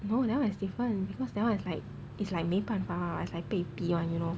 no that one is different because that one is like is like 没办法 is like 被逼 [one] you know